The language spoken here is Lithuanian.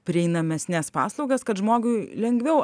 prieinamesnes paslaugas kad žmogui lengviau